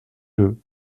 deux